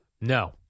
No